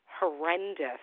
horrendous